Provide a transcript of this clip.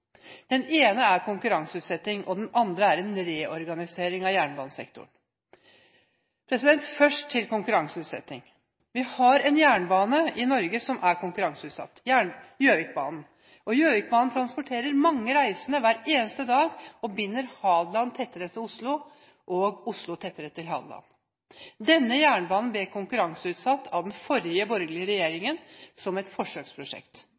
Den ene er konkurranseutsetting, og den andre er en reorganisering av jernbanesektoren. Først til konkurranseutsetting. Vi har en jernbane i Norge som er konkurranseutsatt: Gjøvikbanen. Gjøvikbanen transporterer mange reisende hver eneste dag og binder Hadeland tettere til Oslo og Oslo tettere til Hadeland. Denne jernbanen ble konkurranseutsatt av den forrige borgerlige regjeringen som et forsøksprosjekt.